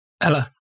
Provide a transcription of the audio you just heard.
Ella